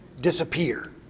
disappear